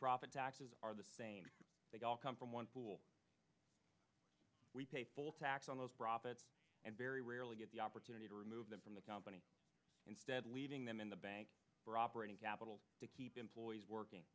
profit taxes are the same they all come from one pool we pay full tax on those profits and very rarely get the opportunity to remove them from the company instead leaving them in the bank for operating capital to keep employees working